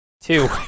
two